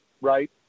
right